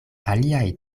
aliaj